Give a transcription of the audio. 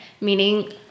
meaning